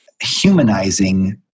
humanizing